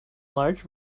large